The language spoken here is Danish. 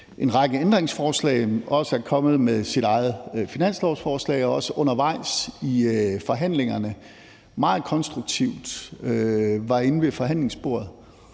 en række ændringsforslag, men også er kommet med deres eget finanslovsforslag og også undervejs i forhandlingerne meget konstruktivt var inde ved forhandlingsbordet.